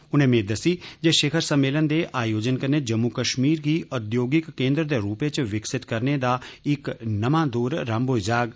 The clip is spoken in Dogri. उनें मेद दस्सी जे शिखर सम्मेलन दे आयोजन कन्नै जम्मू कश्मीर गी औद्योगिक केन्द्र दे रूपै च विकसित करने दा इक्क नमां दौर रम्म होग